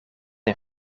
een